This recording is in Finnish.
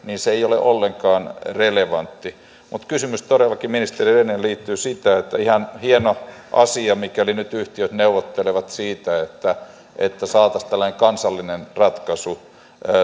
se ei ole ollenkaan relevanttia mutta kysymys todellakin ministeri rehnille liittyy siihen ihan hieno asia mikäli nyt yhtiöt neuvottelevat siitä että että saataisiin tällainen kansallinen ratkaisu